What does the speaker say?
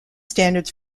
standards